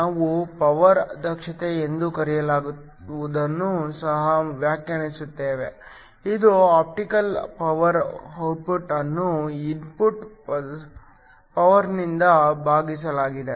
ನಾವು ಪವರ್ ದಕ್ಷತೆ ಎಂದು ಕರೆಯುವದನ್ನು ಸಹ ವ್ಯಾಖ್ಯಾನಿಸುತ್ತೇವೆ ಇದು ಆಪ್ಟಿಕಲ್ ಪವರ್ ಔಟ್ಪುಟ್ ಅನ್ನು ಇನ್ಪುಟ್ ಪವರ್ ನಿಂದ ಭಾಗಿಸಲಾಗಿದೆ